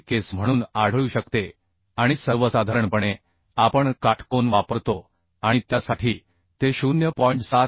ही case म्हणून आढळू शकते आणि सर्वसाधारणपणे आपण काटकोन वापरतो आणि त्यासाठी ते 0